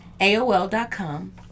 AOL.com